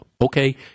Okay